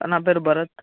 sir నా పేరు భరత్